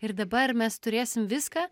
ir dabar mes turėsim viską